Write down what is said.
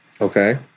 okay